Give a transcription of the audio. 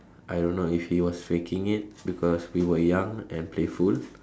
I don't know if he was faking it because we were young and playful